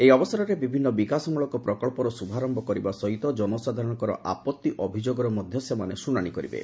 ଏହି ଅବସରରେ ବିଭିନ୍ନ ବିକାଶମୂଳକ ପ୍ରକଳ୍ପର ଶୁଭାରମ୍ଭ କରିବା ସହିତ ଜନସାଧାରଣଙ୍କର ଆପତ୍ତି ଅଭିଯୋଗର ମଧ୍ୟ ସେମାନେ ଶୁଣାଣି କରିବେ